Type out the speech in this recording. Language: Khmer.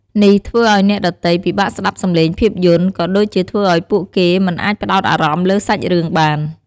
នេះធ្វើឲ្យអ្នកដទៃពិបាកស្តាប់សំឡេងភាពយន្ត ក៏ដូចជាធ្វើឲ្យពួកគេមិនអាចផ្តោតអារម្មណ៍លើសាច់រឿងបាន។